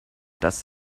dass